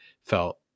felt